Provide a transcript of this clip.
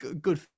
good